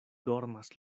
dormas